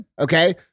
Okay